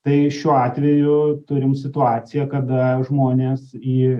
tai šiuo atveju turim situaciją kada žmonės į